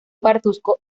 pardusco